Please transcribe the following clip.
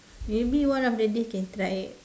maybe one of the days can try ah